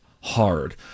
hard